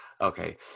Okay